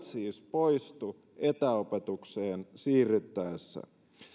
siis poistu etäopetukseen siirryttäessä